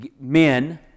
men